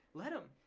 let em.